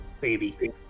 Baby